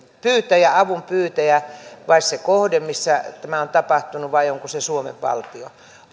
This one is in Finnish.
avunpyytäjä vai se kohde missä tämä on tapahtunut vai onko se suomen valtio